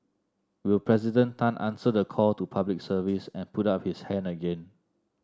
will President Tan answer the call to Public Service and put up his hand again